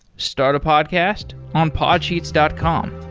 start a podcast on podsheets dot com